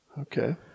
Okay